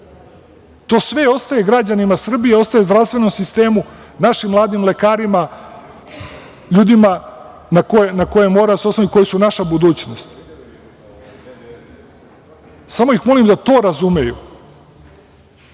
To sve ostaje građanima Srbije, ostaje zdravstvenom sistemu, našim mladim lekarima, ljudima na koje moramo da se oslonimo, koji su naša budućnost. Samo ih molim da to razumeju,